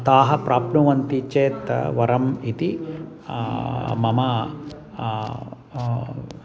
ताः प्राप्नुवन्ति चेत् वरम् इति मम